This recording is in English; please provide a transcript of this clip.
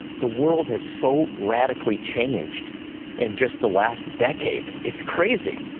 the world has so radically changed in just the last decade, it's crazy.